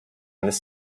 this